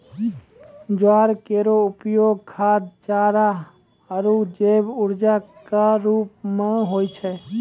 ज्वार केरो उपयोग खाद्य, चारा आरु जैव ऊर्जा क रूप म होय छै